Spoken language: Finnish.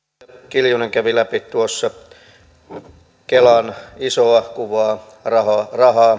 kiljunen kävi läpi tuossa kelan isoa kuvaa rahaa